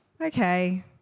okay